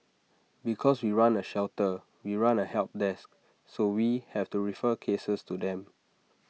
because we run A shelter we run A help desk so we have to refer cases to them